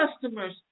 customers